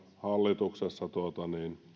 hallituksessa vähän